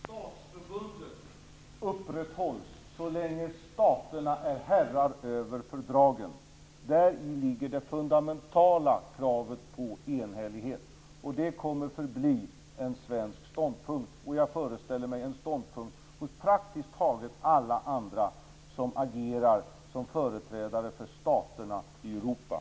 Herr talman! Statsförbundet upprätthålls så länge staterna är herrar över fördragen. Däri ligger det fundamentala kravet på enhällighet. Det kommer att förbli en svensk ståndpunkt och en ståndpunkt hos, föreställer jag mig, praktiskt taget alla andra som agerar som företrädare för staterna i Europa.